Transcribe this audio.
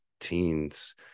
teens